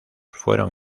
fueron